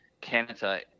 Canada